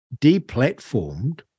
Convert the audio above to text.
deplatformed